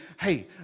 hey